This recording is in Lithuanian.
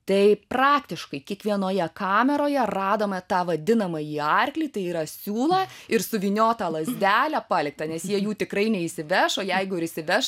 tai praktiškai kiekvienoje kameroje radome tą vadinamąjį arklį tai yra siūlą ir suvyniotą lazdelę paliktą nes jie jų tikrai neišsiveš o jeigu ir išsiveš